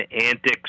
antics